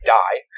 die